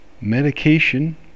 medication